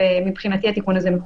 מבחינתי התיקון הזה מקובל.